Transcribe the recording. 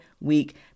week